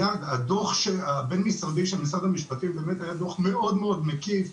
הדו"ח הבין-משרדי של משרד המשפטים היה דו"ח מאוד מקיף,